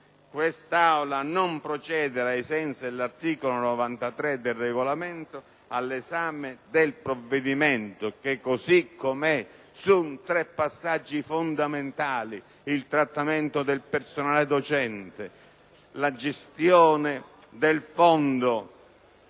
a non procedere, ai sensi dell'articolo 93 del Regolamento, all'esame del provvedimento che, così come è, su tre passaggi fondamentali (il trattamento del personale docente, la gestione del Fondo